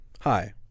Hi